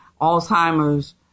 Alzheimer's